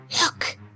Look